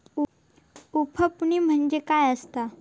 उफणणी म्हणजे काय असतां?